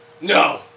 No